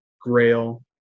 Grail